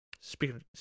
Speaking